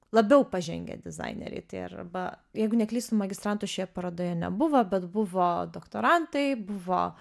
labiau pažengę dizaineriai tai arba jeigu neklystu magistrantų šioje parodoje nebuvo bet buvo doktorantai buvo